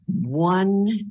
one